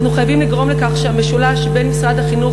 אנחנו חייבים לגרום לכך שהמשולש משרד החינוך,